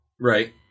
Right